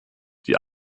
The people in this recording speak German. die